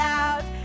out